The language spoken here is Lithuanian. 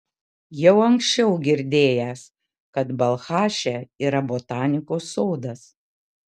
jau anksčiau girdėjęs kad balchaše yra botanikos sodas